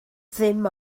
ddim